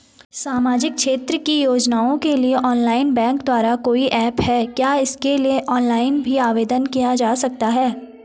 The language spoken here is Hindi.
सामाजिक क्षेत्र की योजनाओं के लिए ऑनलाइन बैंक द्वारा कोई ऐप है क्या इसके लिए ऑनलाइन भी आवेदन किया जा सकता है?